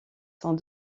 sont